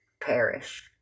perish